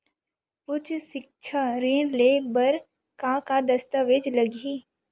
उच्च सिक्छा ऋण ले बर का का दस्तावेज लगही?